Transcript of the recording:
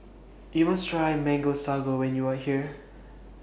YOU must Try Mango Sago when YOU Are here